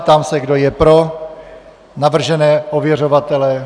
Ptám se, kdo je pro navržené ověřovatele.